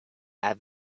add